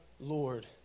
Lord